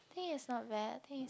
think it's not bad think it's